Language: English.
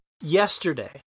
yesterday